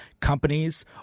companies